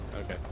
Okay